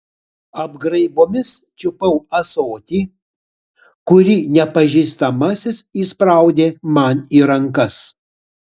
apgraibomis čiupau ąsotį kurį nepažįstamasis įspraudė man į rankas